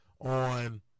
on –